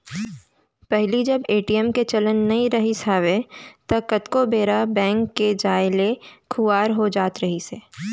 पहिली जब ए.टी.एम के चलन नइ रिहिस हवय ता कतको बेरा ह बेंक के जाय ले खुवार हो जात रहिस हे